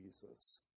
Jesus